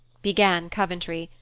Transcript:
began coventry,